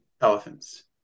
elephants